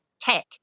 tech